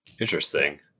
interesting